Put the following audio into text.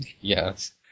Yes